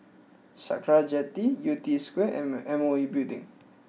Sakra Jetty Yew Tee Square and M O E Building